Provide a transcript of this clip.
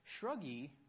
Shruggy